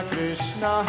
Krishna